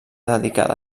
dedicada